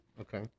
Okay